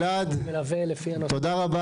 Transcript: גלעד, גלעד.